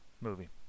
movie